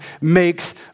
makes